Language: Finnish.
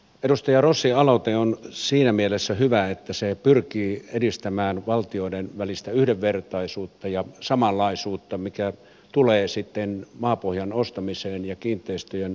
edustaja rossin aloite on siinä mielessä hyvä että se pyrkii edistämään valtioiden välistä yhdenvertaisuutta ja samanlaisuutta mitä tulee maapohjan ostamiseen ja kiinteistöjen ostamiseen